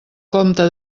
compte